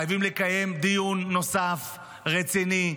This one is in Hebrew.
חייבים לקיים דיון נוסף רציני.